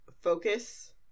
focus